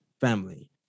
family